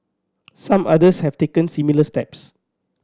some others have taken similar steps